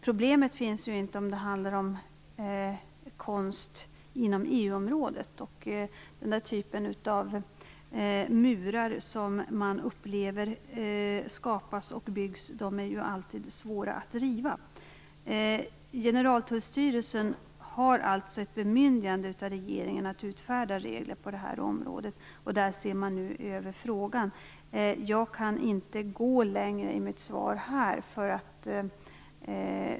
Problemet finns ju inte om det handlar om konst inom EU-området. Den typen av murar som man upplever skapas och byggs är det alltid svårt att riva. Generaltullstyrelsen har alltså ett bemyndigande av regeringen att utfärda regler på det här området, och där ser man nu över frågan. Jag kan inte gå längre i mitt svar här.